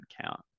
count